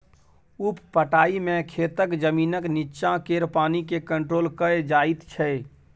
उप पटाइ मे खेतक जमीनक नीच्चाँ केर पानि केँ कंट्रोल कएल जाइत छै